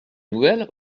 nouvelles